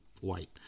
white